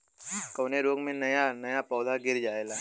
कवने रोग में नया नया पौधा गिर जयेला?